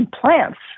plants